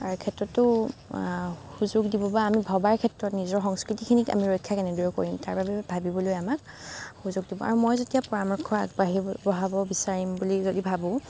R ক্ষেত্ৰতো সুযোগ দিব বা আমি ভবাৰ ক্ষেত্ৰত নিজৰ সংস্কৃতিখিনিক আমি ৰক্ষা কেনেদৰে কৰিম তাৰবাবে ভাবিবলৈ আমাক সুযোগ দিব আৰু মই যেতিয়া পৰামৰ্শ আগবঢ়াব বিচাৰিম বুলি যদি ভাবোঁ